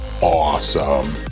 awesome